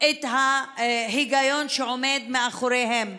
את ההיגיון שעומד מאחוריהן.